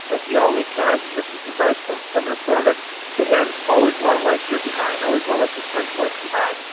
like he always has, and this was the advice for senator thurmond to him, always run like you're behind. always run like you're ten points behind.